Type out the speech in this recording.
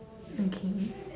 okay